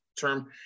term